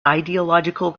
ideological